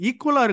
Equal